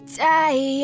die